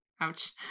Ouch